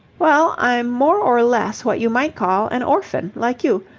well, i'm more or less what you might call an orphan, like you.